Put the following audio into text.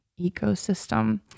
ecosystem